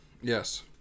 Yes